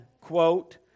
quote